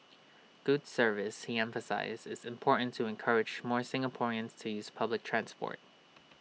good service he emphasised is important to encourage more Singaporeans to use public transport